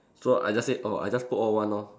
so I just say orh I just put all one lor